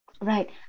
Right